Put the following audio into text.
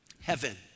heaven